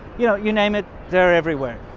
you know you name it. they're everywhere,